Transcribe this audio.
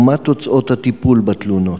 3. מה הן תוצאות הטיפול בתלונות?